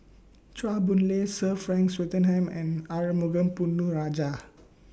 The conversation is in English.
Chua Boon Lay Sir Frank Swettenham and Arumugam Ponnu Rajah